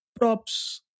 props